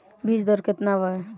बीज दर केतना वा?